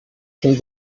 can